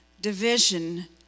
division